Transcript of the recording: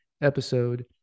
episode